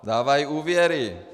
Dávají úvěry.